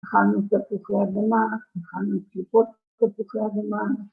‫אכלנו תפוחי אדמה, ‫אכלנו קליפות תפוחי אדמה.